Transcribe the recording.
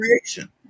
creation